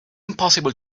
impossible